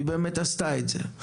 והיא באמת עשתה את זה,